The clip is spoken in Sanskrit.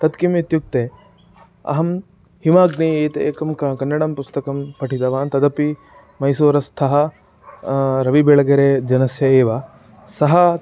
तत् किम् इत्युक्ते अहं हिमाग्नि इति एकं किं कन्नडं पुस्तकं पठितवान् तदपि मैसूरस्थः रवि बेळगेरे जनस्य एव सः